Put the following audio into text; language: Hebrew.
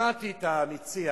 שמעתי את המציע